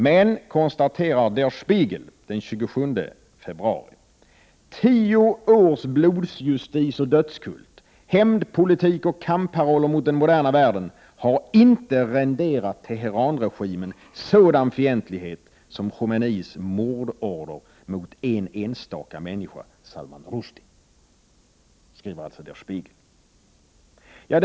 Men — konstaterar Der Spiegel den 27 februari — ”tio års blodsjustis och dödskult, hämndpolitik och kampparoller mot den moderna världen, har inte renderat Teheranregimen sådan fientlighet som Khomeinis mordorder mot en enstaka människa, Salman Rushdie”.